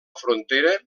frontera